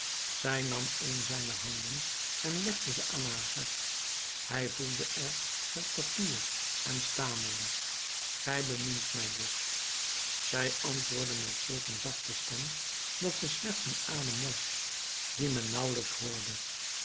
zij nam een zijner handen en legde ze aan haar hart hij voelde er het papier en stamelde gij bemint mij dus zij antwoordde met zulk een zachte stem dat ze slechts een adem was die men nauwelijks hoorde